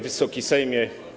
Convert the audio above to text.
Wysoki Sejmie!